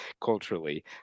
culturally